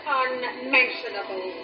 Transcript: unmentionable